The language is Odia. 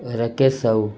ରକେଶ ସାହୁ